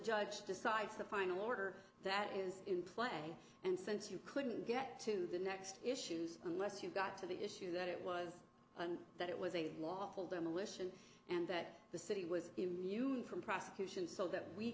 judge decides the final order that is in play and since you couldn't get to the next issues unless you got to the issue that it was that it was a lawful demolition and that the city was immune from prosecution so that we